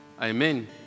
Amen